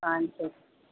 ஆ சரி